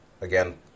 again